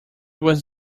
was